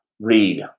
read